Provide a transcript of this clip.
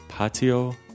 Patio